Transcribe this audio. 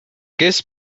kes